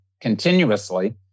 continuously